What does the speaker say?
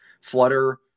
Flutter